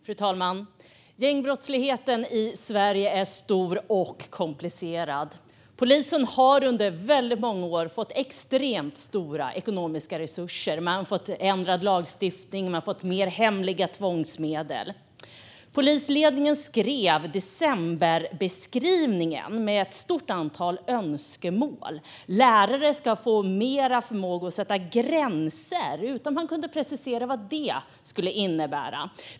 Fru talman! Gängbrottsligheten i Sverige är stor och komplicerad. Polisen har under väldigt många år fått extremt stora ekonomiska resurser. Man har fått ändrad lagstiftning och fler hemliga tvångsmedel. Polisledningen skrev decemberbeskrivningen, med ett stort antal önskemål. Lärare ska få större förmåga att sätta gränser, utan att man kunde precisera vad det skulle innebära.